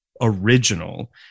original